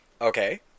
Okay